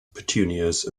petunias